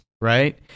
right